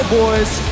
boys